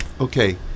okay